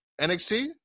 NXT